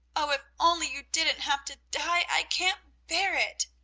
oh, if only you didn't have to die! i can't bear it!